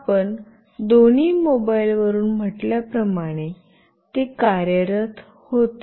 आपण दोन्ही मोबाइलवरून म्हटल्या प्रमाणे ते कार्यरत होते